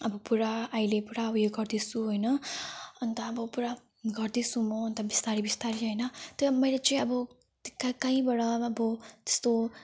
अब पुरा अहिले पुरा उयो गर्दैछु होइन अन्त अब पुरा गर्दैछु म अन्त बिस्तारै बिस्तारै होइन त्यो अब मैले चाहिँ अब काहीँ काहीँबाट अब त्यस्तो